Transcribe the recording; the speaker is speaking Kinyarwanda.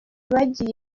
bagiye